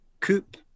Coop